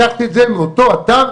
לקחתי את זה מאותו אתר,